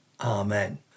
Amen